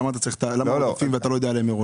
למה אתה אם לא יודע מראש?